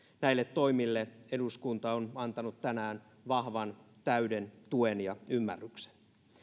näille toimille eduskunta on antanut tänään vahvan täyden tuen ja ymmärryksen